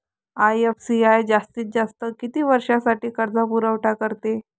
IFCI जास्तीत जास्त किती वर्षासाठी कर्जपुरवठा करते?